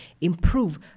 improve